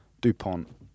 Dupont